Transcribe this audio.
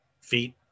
feet